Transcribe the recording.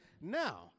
Now